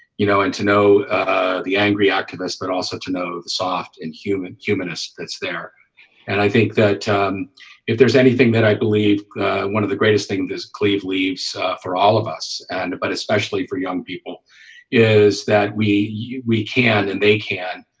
you know and to know the angry activists but also to know the soft and human humanist that's there and i think that if there's anything that i believe one of the greatest things is cleve leaves for all of us and but especially for young people is that we we can and they can